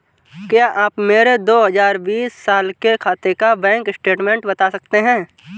क्या आप मेरे दो हजार बीस साल के खाते का बैंक स्टेटमेंट बता सकते हैं?